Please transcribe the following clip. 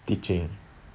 teaching